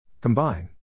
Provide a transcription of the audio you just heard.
Combine